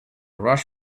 rush